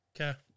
Okay